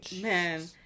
Man